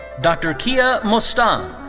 dr. kia mostaan.